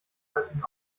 heutigen